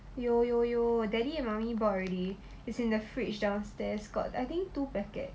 有有有 daddy and mummy bought already is in the fridge downstairs got I think two packet